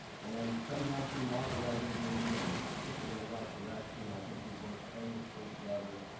and somehow, she moderated me, and put me in the right direction. i think we worked famously together.